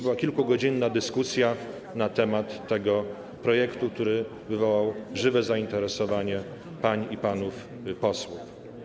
Była kilkugodzinna dyskusja na temat tego projektu, który wywołał żywe zainteresowanie pań i panów posłów.